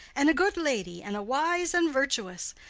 and a good lady, and a wise and virtuous.